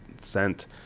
sent